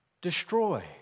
destroy